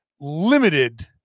limited